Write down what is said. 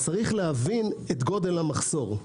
יש להבין את גודל המחסור.